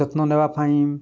ଯତ୍ନ ନେବା ପାଇଁ